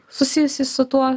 susijusį su tuo